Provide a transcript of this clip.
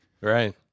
Right